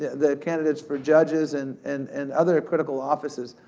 the candidates for judges and and and other critical offices,